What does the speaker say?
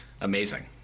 amazing